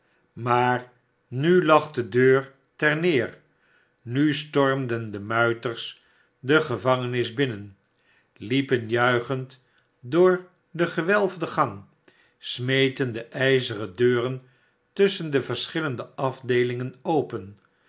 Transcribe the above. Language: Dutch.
maar nu lag de deur ter neer nu stormden de muiters de gevangenis binnen liepen juichend door den gewelfden gang smeten de ijzeren deuren tusschen de verschillende afdeelingen open